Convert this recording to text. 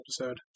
episode